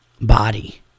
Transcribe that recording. body